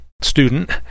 student